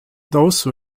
those